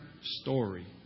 story